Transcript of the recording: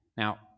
Now